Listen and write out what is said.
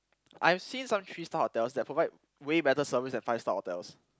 I've seen some three star hotels that provide way better service than five star hotels